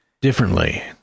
differently